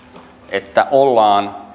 että ollaan